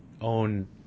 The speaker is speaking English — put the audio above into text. own